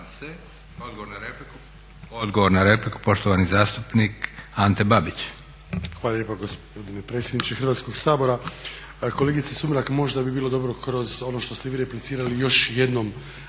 Ispričavam se, odgovor na repliku poštovani zastupnik Ante Babić. **Babić, Ante (HDZ)** Hvala lijepa gospodine predsjedniče Hrvatskog sabora. Kolegice Sumrak možda bi bilo dobro kroz ono što ste vi replicirali još jednom